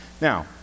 Now